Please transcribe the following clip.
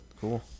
Cool